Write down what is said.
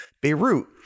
Beirut